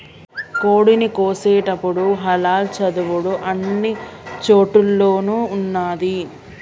కోడిని కోసేటపుడు హలాల్ చదువుడు అన్ని చోటుల్లోనూ ఉన్నాది